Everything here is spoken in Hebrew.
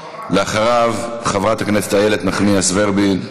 אחריו, חברת הכנסת איילת נחמיאס ורבין,